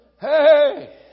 Hey